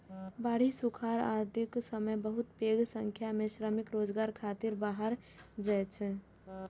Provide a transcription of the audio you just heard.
बाढ़ि, सुखाड़ आदिक समय बहुत पैघ संख्या मे श्रमिक रोजगार खातिर बाहर जाइ छै